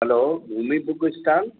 हलो बूमि book stall